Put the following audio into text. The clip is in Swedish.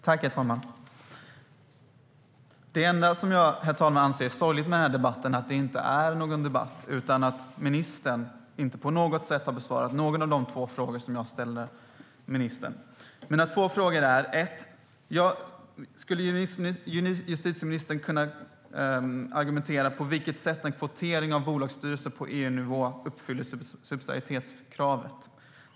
Herr talman! Det enda som jag anser är sorgligt med den här debatten är att det inte är någon debatt. Ministern har inte på något sätt besvarat någon av de två frågor som jag ställde till ministern. Mina två frågor är: Skulle justitieministern kunna argumentera för på vilket sätt en kvotering till bolagsstyrelser på EU-nivå uppfyller subsidiaritetskravet?